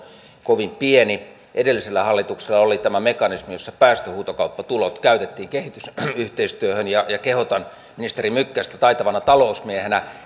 kovin pieni edellisellä hallituksella oli tämä mekanismi jossa päästöhuutokauppatulot käytettiin kehitysyhteistyöhön ja ja kehotan ministeri mykkästä taitavana talousmiehenä